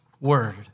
word